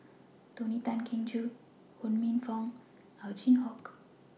Tony Tan Keng Joo Ho Minfong and Ow Chin Hock